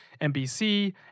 NBC